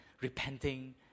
repenting